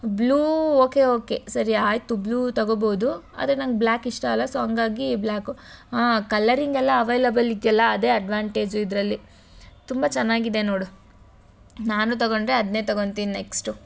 blue okay okay ಸರಿ ಆಯಿತು blue ತಗೋಬೋದು ಆದರೆ ನನಗ್ ಬ್ಲ್ಯಾಕ್ ಇಷ್ಟ ಅಲ್ಲಾ ಸೊ ಹಂಗಾಗೀ ಬ್ಲಾಕು ಕಲ್ಲರಿಂಗೆಲ್ಲ ಅವೈಲೇಬಲ್ ಇದೆಯಲ್ಲಾ ಅದೇ ಅಡ್ವಾಂಟೇಜು ಇದರಲ್ಲಿ ತುಂಬ ಚೆನ್ನಾಗಿದೆ ನೋಡು ನಾನು ತಗೊಂಡರೆ ಅದನ್ನೇ ತಗೋತೀನಿ ನೆಕ್ಸ್ಟು